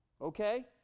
Okay